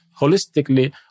holistically